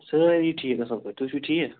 سٲری ٹھیٖک اَصٕل پٲٹھۍ تُہۍ چھِو ٹھیٖک